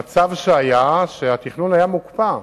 המצב שהיה הוא שהתכנון הוקפא,